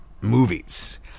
movies